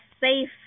safe